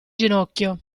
ginocchio